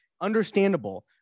understandable